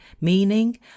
meaning